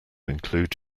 include